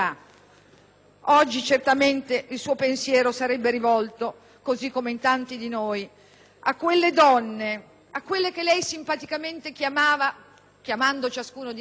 Oggi certamente il suo pensiero sarebbe rivolto, così come in tanti di noi, a quelle donne, a quelle che lei simpaticamente chiamava, chiamando ciascuna di noi,